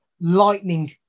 lightning